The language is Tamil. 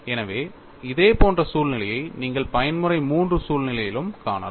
எனவே இதேபோன்ற சூழ்நிலையை நீங்கள் பயன்முறை III சூழ்நிலையிலும் காணலாம்